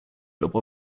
dopo